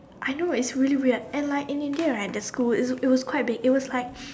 I know it's really weird and like in India right the school is it was like quite big it was like